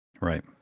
Right